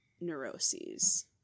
neuroses